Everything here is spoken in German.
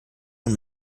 und